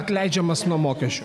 atleidžiamas nuo mokesčių